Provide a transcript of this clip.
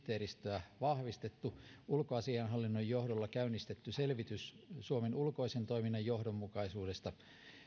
kaksituhattakolmekymmentä sihteeristöä vahvistettu ulkoasiainhallinnon johdolla käynnistetty selvitys suomen ulkoisen toiminnan johdonmukaisuudesta